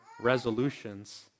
resolutions